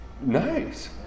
Nice